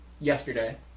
yesterday